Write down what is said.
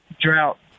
drought